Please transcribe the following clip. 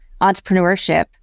entrepreneurship